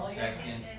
second